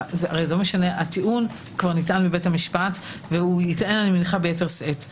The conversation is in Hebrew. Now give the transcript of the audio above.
הרי הטיעון ניתן כבר בבית המשפט וביתר שאת.